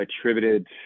attributed